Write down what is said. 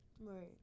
Right